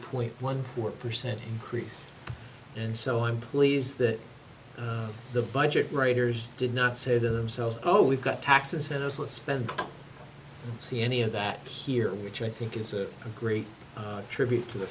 point one four percent increase and so i'm pleased that the budget writers did not say to themselves oh we've got tax incentives let's spend see any of that here which i think it's a great tribute to the